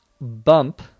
bump